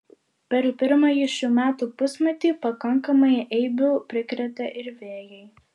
per pirmąjį šių metų pusmetį pakankamai eibių prikrėtė ir vėjai